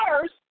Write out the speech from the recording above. First